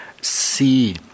see